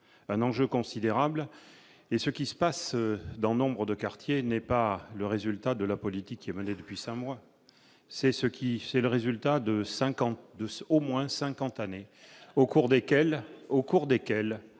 un enjeu considérable et ce qui se passe dans nombre de quartiers n'est pas le résultat de la politique qui est menée depuis 5 mois, c'est ce qui c'est le résultat de 50 de ce au moins 50 années au cours desquelles